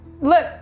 Look